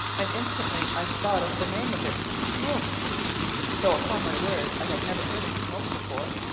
and instantly i thought of the name of it smoke though, upon my word, i had never heard of smoke before.